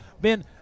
Ben